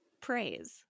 praise